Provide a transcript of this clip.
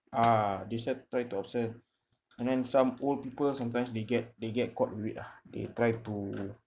ah they sell try to upsell and then some old people sometimes they get they get caught with it ah they try to